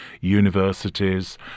universities